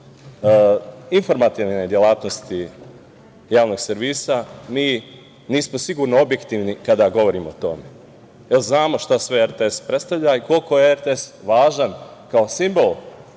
informativne delatnosti javnog servisa, mi nismo sigurni objektivni kada govorimo o tome, jer znamo šta RTS predstavlja i koliko je važan kao simbol